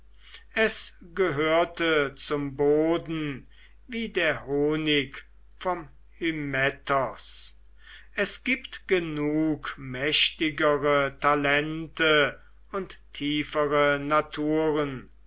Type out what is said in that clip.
es gehörte zum boden wie der honig vom hymettos es gibt genug mächtigere talente und tiefere naturen